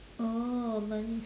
oh nice